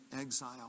exile